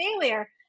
failure